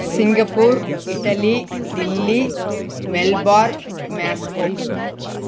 Singapore Italy Delhi Melbourne Moscow